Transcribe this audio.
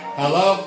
hello